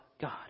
God